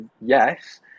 yes